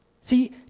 See